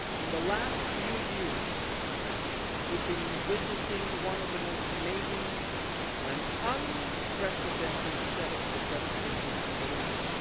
in the last few years we've been witnessing one of the most amazing and unprecedented set of prophetic changes in the middle east.